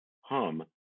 Hum